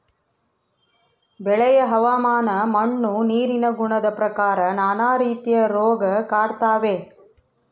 ಬೆಳೆಯ ಹವಾಮಾನ ಮಣ್ಣು ನೀರಿನ ಗುಣದ ಪ್ರಕಾರ ನಾನಾ ರೀತಿಯ ರೋಗ ಕಾಡ್ತಾವೆ